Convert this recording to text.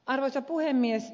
arvoisa puhemies